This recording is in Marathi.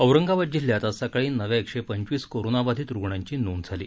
औरंगाबाद जिल्ह्यात आज सकाळी नव्या एकशे पंचवीस कोरोनाबाधित रुग्णांची नोंद झाली